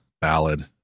ballad